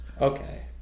Okay